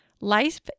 life